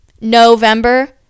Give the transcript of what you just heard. November